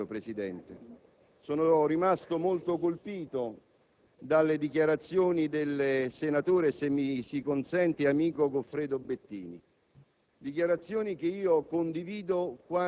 a partire dal fatto che avevo pensato di dar lettura sia dell'articolo che il senatore Furio Colombo ha avuto modo di pubblicare su "l'Unità" del 27 ottobre